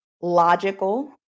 logical